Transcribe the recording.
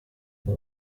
ngo